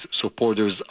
supporters